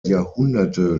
jahrhunderte